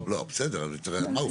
מה הובטח?